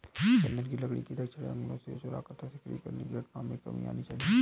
चन्दन की लकड़ी दक्षिण के जंगलों से चुराकर तस्करी करने की घटनाओं में कमी आनी चाहिए